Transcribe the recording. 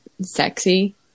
sexy